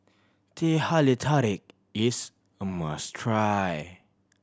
Teh Halia Tarik is a must try